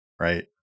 right